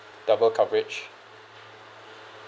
double coverage